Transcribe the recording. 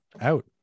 out